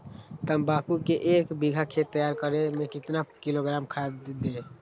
तम्बाकू के एक बीघा खेत तैयार करें मे कितना किलोग्राम खाद दे?